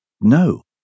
No